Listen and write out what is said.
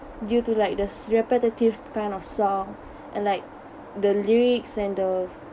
due to like the s~ repetitive kind of song and like the lyrics and the